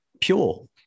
pure